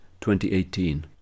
2018